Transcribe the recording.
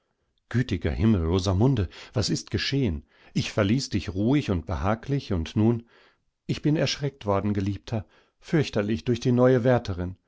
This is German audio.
gütiger himmel rosamunde was ist geschehen ich verließ dich ruhig und behaglichundnun ich bin erschreckt worden geliebter fürchterlich durch die neue wärterin